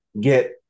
get